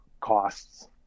costs